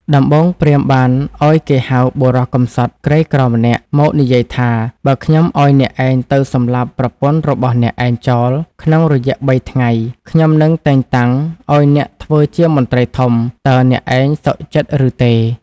ដំបូងព្រាហ្មណ៍បានឲ្យគេហៅបុរសកម្សត់ក្រីក្រម្នាក់ មកនិយាយថា បើខ្ញុំឲ្យអ្នកឯងទៅសម្លាប់ប្រពន្ធរបស់អ្នកឯងចោលក្នុងរយៈបីថ្ងៃ ខ្ញុំនឹងតែងតាំងឲ្យអ្នកធ្វើជាមន្ត្រីធំ តើអ្នកឯងសុខចិត្តឬទេ ?